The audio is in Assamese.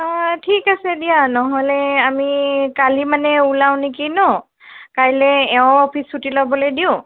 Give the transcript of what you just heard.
অঁ ঠিক আছে দিয়া নহ'লে আমি কালি মানে ওলাওঁ নেকি ন কাইলে এওঁ অফিচ চুটি ল'বলে দিওঁ